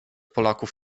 polaków